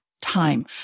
time